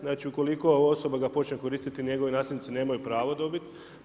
Znači ukoliko osoba ga počne koristiti, njegovi nasljednici nemaju pravo dobit.